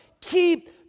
keep